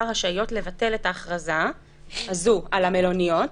רשאיות לבטל את ההכרזה הזו על המלוניות,